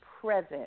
present